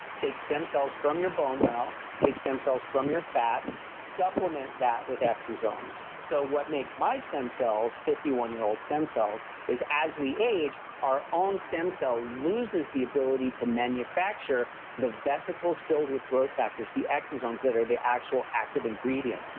take stem cells from your bone marrow, take stem cells from your fat, supplement that with exosomes. so what makes my stem cells fifty one year old stem cells, is as we age, our own stem cell loses the ability to manufacture the vesicles filled with growth factors, the exosomes that are the actual active ingredient.